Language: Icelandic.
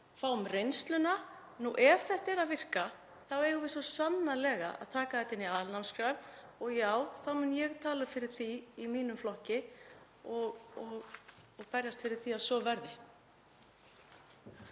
fáum reynsluna. Ef þetta er að virka þá eigum við svo sannarlega að taka þetta inn í aðalnámskrá. Og já, þá mun ég tala fyrir því í mínum flokki og berjast fyrir því að svo verði.